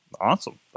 Awesome